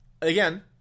again